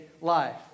life